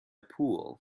pool